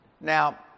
Now